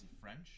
French